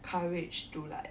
courage to like